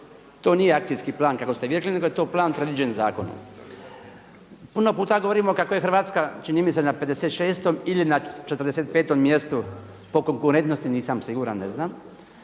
To nije akcijski plan kako ste vi rekli nego je to plan predviđen zakonom. Puno puta govorimo kako je Hrvatska čini mi se na 56. ili na 45. mjestu po konkurentnosti, nisam siguran, ne znam,